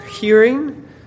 hearing